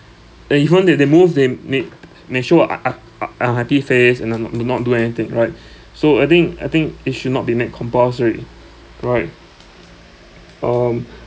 they even if they move they may may show un~ un~ un~ unhappy face and not not do not do anything right so I think I think it should not be made compulsory right um